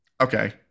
Okay